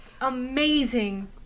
amazing